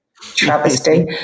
travesty